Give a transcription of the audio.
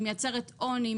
היא מייצר עוני,